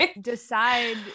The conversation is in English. decide